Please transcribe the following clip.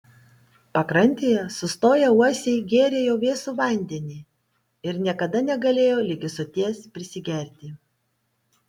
pakrantėje sustoję uosiai gėrė jo vėsų vandenį ir niekada negalėjo ligi soties prisigerti